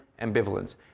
ambivalence